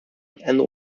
and